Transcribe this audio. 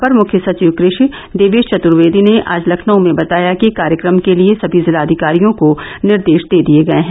अपर मुख्य सचिव कृषि देवेश चतुर्वेदी ने आज लखनऊ में बताया कि कार्यक्रम के लिये समी जिलाधिकारियों को निर्देश दे दिया गया है